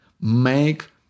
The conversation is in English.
Make